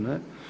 Ne.